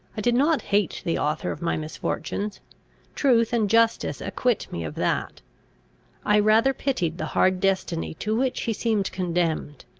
i did not hate the author of my misfortunes truth and justice acquit me of that i rather pitied the hard destiny to which he seemed condemned.